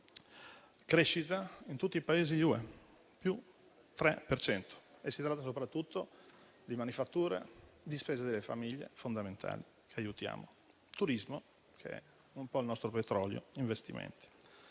crescita in tutti i Paesi della UE: +3 per cento. Si tratta soprattutto di manifatture, di spesa delle famiglie, fondamentali e che aiutiamo, di turismo, che è un po' il nostro petrolio, di investimenti.